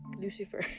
lucifer